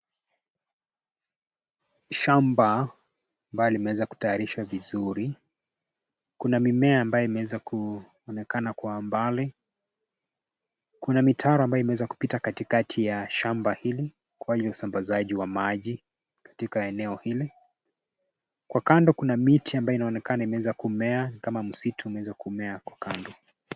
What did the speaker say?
Shamba ambalo limeweza kutayarishwa vizuri. Kuna mimea ambayo imeweza kuonekana kwa mbali. Kuna mitaro ambayo imeweza kupita katikati ya shamba hili , kwa ajili ya usambazaji wa maji katika eneo hili. Kwa kando kuna miti ambayo inaonekana inaweza kumea kama msitu unaweza kumea kwa kando.